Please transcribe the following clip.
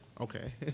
okay